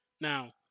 Now